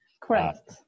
Correct